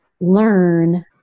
learn